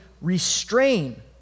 restrain